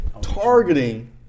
targeting